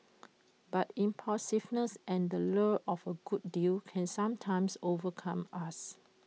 but impulsiveness and the lure of A good deal can sometimes overcome us